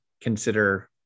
consider